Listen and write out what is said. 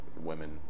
women